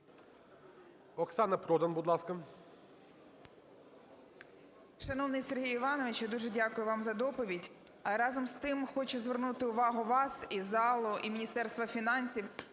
Оксана Продан, будь ласка.